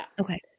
Okay